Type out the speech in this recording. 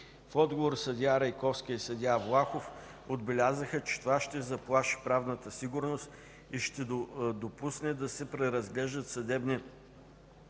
отговор съдия Райковска и съдия Влахов отбелязаха, че това ще заплаши правната сигурност и ще допусне да се преразглеждат съдебни